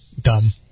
dumb